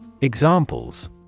Examples